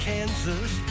Kansas